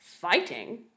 Fighting